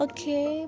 Okay